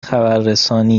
خبررسانی